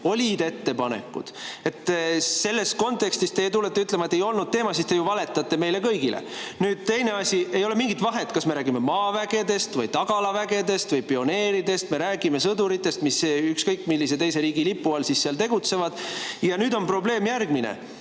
olid ettepanekud. Selles kontekstis, kui teie tulete ütlema, et ei olnud teema, siis te ju valetate meile kõigile. Nüüd teine asi: ei ole mingit vahet, kas me räägime maavägedest või tagalavägedest või pioneeridest. Me räägime sõduritest, kes ükskõik millise teise riigi lipu all seal tegutsevad. Ja probleem on järgmine: